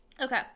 Okay